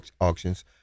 auctions